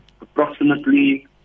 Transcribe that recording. approximately